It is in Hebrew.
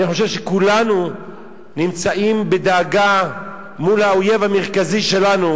אני חושב שכולנו נמצאים בדאגה מול האויב המרכזי שלנו,